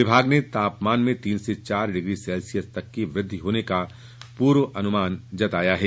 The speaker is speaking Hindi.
विभाग ने तापमान में तीन से चार डिग्री सेल्सियस तक की वृद्धि होने का पूर्वानुमान जताया है